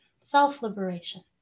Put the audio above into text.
self-liberation